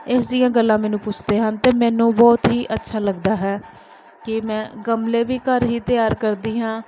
ਇਹੋ ਜਿਹੀਆਂ ਗੱਲਾਂ ਮੈਨੂੰ ਪੁੱਛਦੇ ਹਨ ਅਤੇ ਮੈਨੂੰ ਬਹੁਤ ਹੀ ਅੱਛਾ ਲੱਗਦਾ ਹੈ ਕਿ ਮੈਂ ਗਮਲੇ ਵੀ ਘਰ ਹੀ ਤਿਆਰ ਕਰਦੀ ਹਾਂ